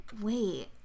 wait